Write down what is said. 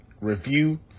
review